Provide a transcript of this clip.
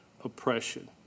oppression